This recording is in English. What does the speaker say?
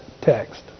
text